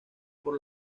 por